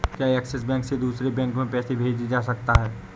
क्या Axis bank से दूसरे बैंक में पैसे भेजे जा सकता हैं?